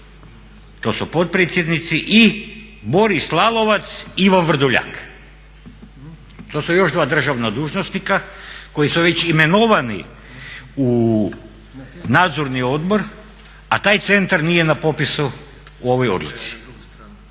to su potpredsjednici i Boris Lalovac, Ivo Vrdoljak. To su još dva državna dužnosnika koji su već imenovani u Nadzorni odbor, a taj centar nije na popisu u ovoj odluci.